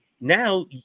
now